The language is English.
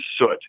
soot